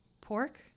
pork